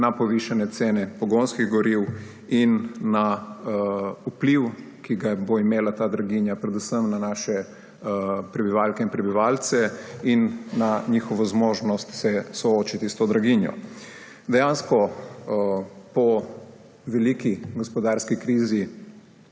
na povišane cene pogonskih goriv in na vpliv, ki ga bo imela ta draginja predvsem na naše prebivalke in prebivalce in na njihovo zmožnost soočiti se s to draginjo. Dejansko po veliki gospodarski krizi